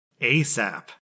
ASAP